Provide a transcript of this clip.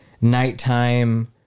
nighttime